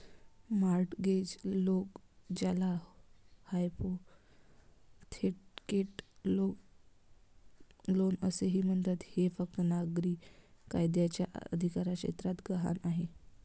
mortgage loan, ज्याला hypothecate loan असेही म्हणतात, हे फक्त नागरी कायद्याच्या अधिकारक्षेत्रात गहाण आहे